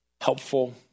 helpful